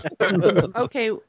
Okay